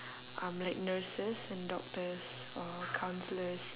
um like nurses and doctors or counsellors